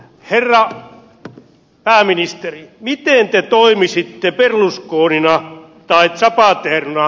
herra pääministeri miten te toimisitte berlusconina tai zapaterona